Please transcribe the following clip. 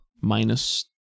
minus